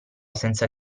senza